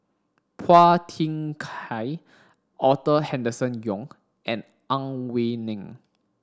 Phua Thin Kiay Arthur Henderson Young and Ang Wei Neng